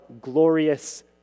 glorious